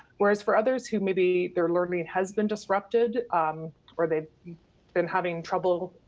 whereas, for others who maybe their learning has been disrupted or they've been having trouble,